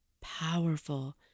powerful